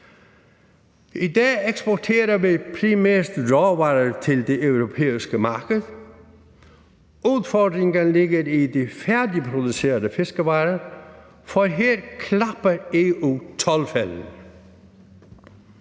I dag eksporterer vi primært råvarer til det europæiske marked. Udfordringen ligger i de færdigproducerede fiskevarer, for her klapper EU-toldfælden.